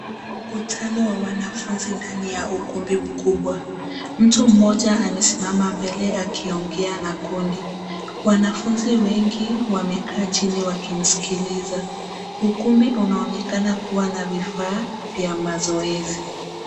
Mkutano wa wanafunzi ndani ya ukumbi mkubwa . Mtu mmoja amesimama mbele akiongea na kundi. wanafunzi wengi wamekaa chini wakimsikiliza ukumbi unaonekana kuwa na vifaa vya mazoezi.